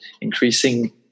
increasing